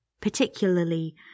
Particularly